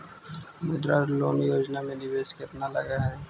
मुद्रा लोन योजना में निवेश केतना लग हइ?